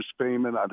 payment